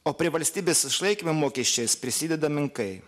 o prie valstybės išlaikymo mokesčiais prisideda menkai